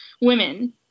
women